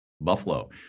Buffalo